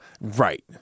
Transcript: Right